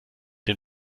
dem